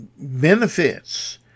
benefits